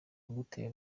kugutera